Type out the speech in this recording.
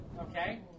Okay